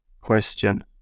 question